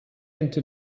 into